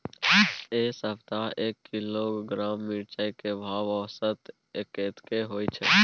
ऐ सप्ताह एक किलोग्राम मिर्चाय के भाव औसत कतेक होय छै?